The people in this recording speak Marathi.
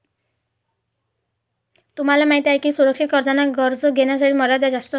तुम्हाला माहिती आहे का की सुरक्षित कर्जांना कर्ज घेण्याची मर्यादा जास्त असते